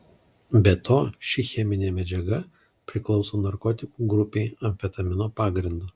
be to ši cheminė medžiaga priklauso narkotikų grupei amfetamino pagrindu